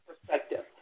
perspective